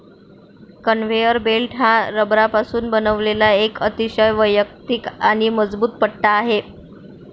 conveyor belt हा रबरापासून बनवलेला एक अतिशय वैयक्तिक आणि मजबूत पट्टा आहे